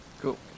Cool